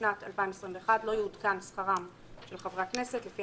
בשנת 2021 לא יעודכן שכרם של חברי הכנסת לשנת 2021לפי